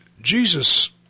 Jesus